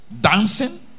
dancing